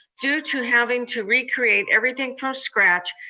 due to having to recreate everything from scratch,